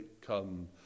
Come